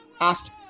asked